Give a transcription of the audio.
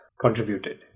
contributed